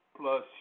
plus